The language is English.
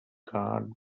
guard